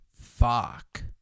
Fuck